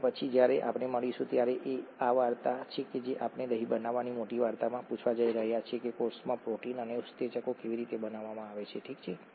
હવે પછી જ્યારે આપણે મળીશું ત્યારે આ તે વાર્તા છે જે આપણે દહીં બનાવવાની મોટી વાર્તામાં પૂછવા જઈ રહ્યા છીએ કોષમાં પ્રોટીન અને ઉત્સેચકો કેવી રીતે બનાવવામાં આવે છે ઠીક છે